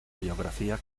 biografía